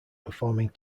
performing